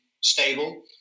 stable